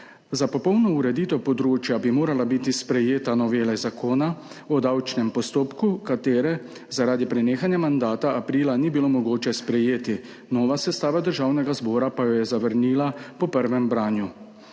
Za popolno ureditev področja bi morala biti sprejeta novela Zakona o davčnem postopku, ki je zaradi prenehanja mandata aprila ni bilo mogoče sprejeti, nova sestava Državnega zbora pa jo je zavrnila po prvem branju.